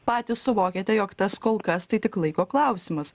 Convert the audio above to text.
patys suvokiate jog tas kol kas tai tik laiko klausimas